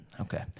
Okay